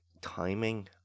timing